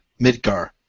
Midgar